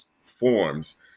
forms